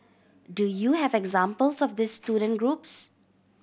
do you have examples of these student groups